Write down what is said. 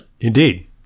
indeed